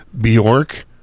bjork